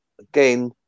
again